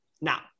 Now